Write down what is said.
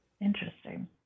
Interesting